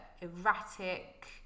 erratic